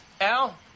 Al